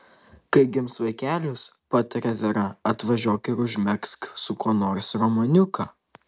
kai gims vaikelis patarė vera išvažiuok ir užmegzk su kuo nors romaniuką